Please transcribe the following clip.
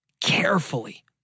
Carefully